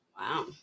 Wow